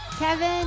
Kevin